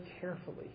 carefully